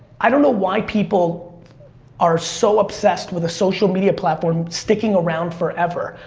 i don't know why people are so obsessed with a social media platform sticking around forever.